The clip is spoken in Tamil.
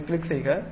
அதைக் கிளிக் செய்க